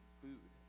food